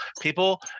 People